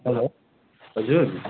hello हजुर